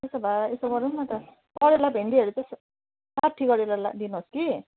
त्यसो भए यसो गरौँ न त करेला भिन्डीहरू त साठी गरेर लाइदिनुहोस् कि